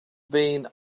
been